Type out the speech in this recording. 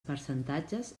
percentatges